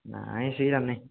ନାଇଁ ସେଇଟା ନାଇଁ